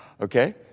Okay